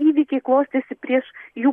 įvykiai klostėsi prieš jų